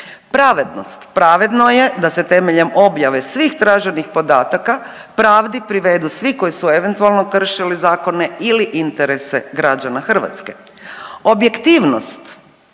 Pravednost. Pravedno je da se temeljem objave svih traženih podataka pravdi privedu svi koji su eventualno kršili zakone ili interese građana Hrvatske. Objektivnost.